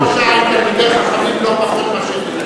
בראש-העין הם יותר חכמים, לא פחות מאשר בירושלים.